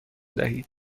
دهید